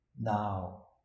now